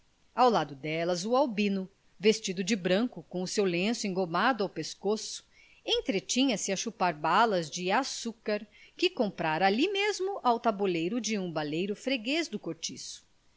ao lado delas o albino vestido de branco com o seu lenço engomado ao pescoço entretinha-se a chupar balas de açúcar que comprara ali mesmo ao tabuleiro de um baleiro freguês do cortiço